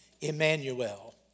Emmanuel